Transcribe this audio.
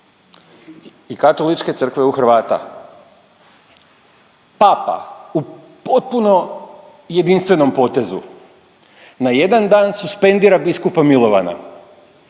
i Katoličke crkve u Hrvata. Papa u potpuno jedinstvenom potezu na jedan dan suspendira biskupa Milovana